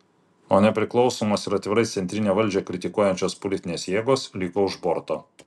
o nepriklausomos ir atvirai centrinę valdžią kritikuojančios politinės jėgos liko už borto